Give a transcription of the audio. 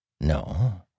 No